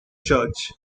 church